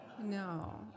No